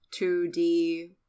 2D